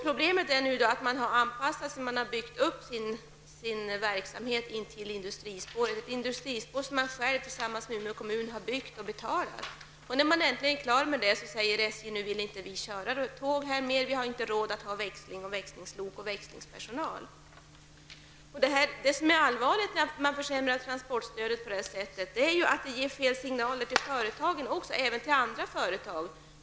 Problemet är att företaget har anpassat och byggt upp sin verksamhet till industrispåret. Företaget har tillsammans med Umeå kommun självt byggt och betalat spåret. När spåret äntligen är klart säger SJ att där skall inte köras några fler tåg. SJ har inte råd med växling, växlingslok och växlingspersonal. Det allvarliga med att försämra transportstödet på detta sätt är att det ger fel signaler även till andra företag.